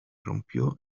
rompió